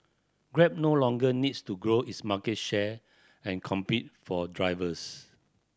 grab no longer needs to grow its market share and compete for drivers